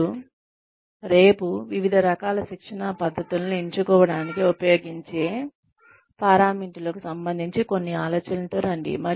మరియు రేపు వివిధ రకాల శిక్షణా పద్ధతులను ఎంచుకోవడానికి ఉపయోగించే పారామితులకు సంబంధించి కొన్ని ఆలోచనలతో రండి